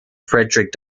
frederick